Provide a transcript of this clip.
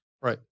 Right